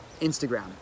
Instagram